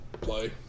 play